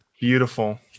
Beautiful